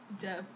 Jeff